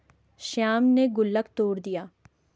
श्याम ने गुल्लक तोड़ दिया